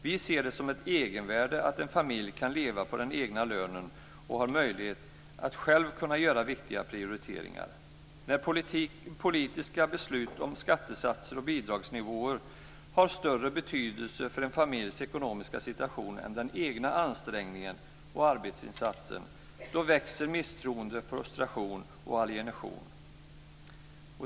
Vi ser det som ett egenvärde att en familj kan leva på den egna lönen och har möjlighet att själv göra viktiga prioriteringar. När politiska beslut om skattesatser och bidragsnivåer har större betydelse för en familjs ekonomiska situation än den egna ansträngningen och arbetsinsatsen växer misstroendet, frustrationen och alienationen.